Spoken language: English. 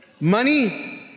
Money